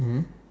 mmhmm